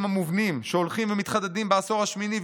המובנים שהולכים ומתחדדים בעשור השמיני,